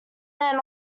man